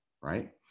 right